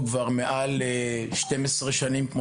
אני מטפל בו כבר למעלה מ-12 שנים.